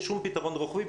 אין שום פתרון רוחבי,